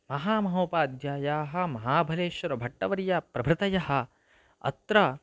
महामहोपाध्यायाः महाभलेश्वरभट्टवर्यप्रभृतयः अत्र